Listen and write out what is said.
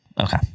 Okay